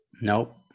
Nope